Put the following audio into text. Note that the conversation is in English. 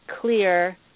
clear